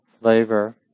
flavor